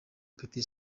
petit